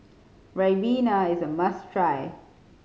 Ribena is a must try